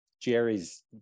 jerry's